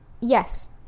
yes